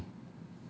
azmi